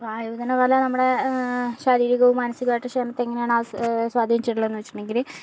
ഇപ്പോൾ ആയോധന കല നമ്മുടെ ശാരീരികവും മാനസികവുമായിട്ട് ക്ഷേമത്തെ എങ്ങനെയാണ് സ്വാധീനിച്ചിട്ടുള്ളത് എന്ന് വെച്ചിട്ടുണ്ടെങ്കിൽ